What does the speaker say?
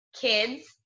kids